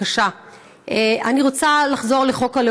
הפסיקה בעניין תושבותם הקבועה של חברים בפרלמנט של